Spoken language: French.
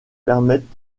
permettent